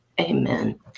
amen